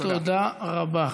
תודה רבה.